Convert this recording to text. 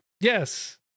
yes